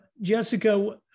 Jessica